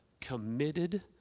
committed